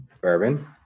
bourbon